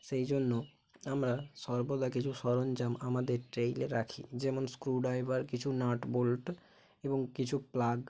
সেই জন্য আমরা সর্বদা কিছু সরঞ্জাম আমাদের ট্রেইলে রাখি যেমন স্ক্রুড্রাইভার কিছু নাট বোল্ট এবং কিছু প্লাগ